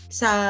sa